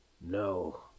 No